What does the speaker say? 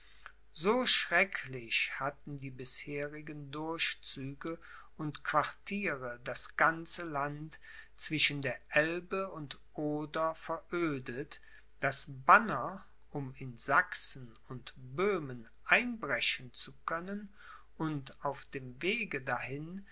so schrecklich hatten die bisherigen durchzüge und quartiere das ganze land zwischen der elbe und oder verödet daß banner um in sachsen und böhmen einbrechen zu können und auf dem wege dahin